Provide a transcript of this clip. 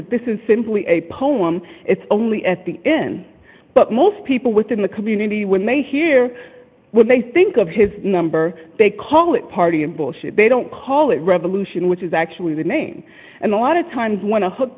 that this is simply a poem it's only at the end but most people within the community when they hear when they think of his number they call it party and bullshit they don't call it revolution which is actually the name and a lot of times when a hook